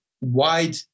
wide